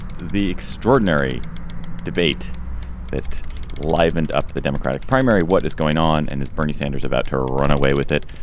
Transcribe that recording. the extraordinary debate that livened up the democratic primary. what is going on and is bernie sanders about to run away with it?